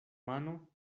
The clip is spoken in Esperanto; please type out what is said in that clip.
mano